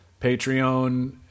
Patreon